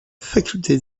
faculté